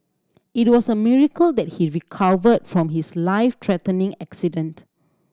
it was a miracle that he recovered from his life threatening accident